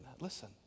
Listen